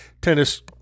tennis